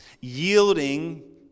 yielding